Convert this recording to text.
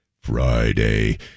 Friday